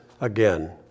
Again